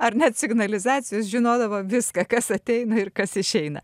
ar net signalizacijos žinodavo viską kas ateina ir kas išeina